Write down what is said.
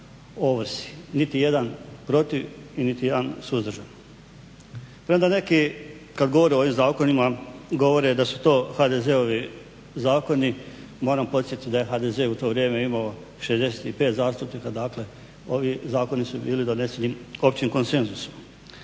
niti jedan protiv i niti jedan suzdržan. Premda neki kad govore o ovim zakonima govore da su to HDZ-ovi zakoni moram podsjetiti da je HDZ u to vrijeme imao 65 zastupnika, dakle ovi zakoni su bili doneseni općim konsenzusom.